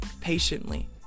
patiently